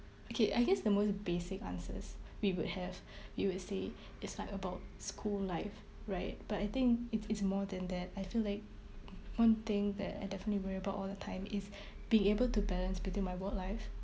okay I guess the most basic answers we would have you would say it's like about school life right but I think it's it's more than that I feel like one thing that I definitely worry about all the time is being able to balance between my work life